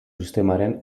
sistemaren